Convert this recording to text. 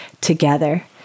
together